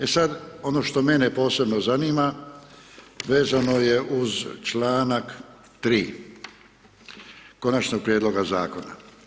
E sad, ono što mene posebno zanima vezano je uz čl. 3. Konačnog prijedloga zakona.